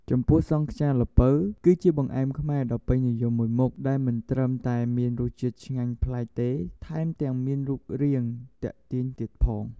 ចំពោះសង់ខ្យាល្ពៅ គឺជាបង្អែមខ្មែរដ៏ពេញនិយមមួយមុខ ដែលមិនត្រឹមតែមានរសជាតិឆ្ងាញ់ប្លែកទេ ថែមទាំងមានរូបរាងទាក់ទាញទៀតផង។